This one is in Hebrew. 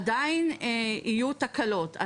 עדיין יהיו תקלות.